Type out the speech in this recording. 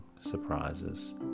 surprises